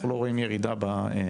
אנחנו לא רואים ירידה בתחום.